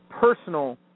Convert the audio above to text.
personal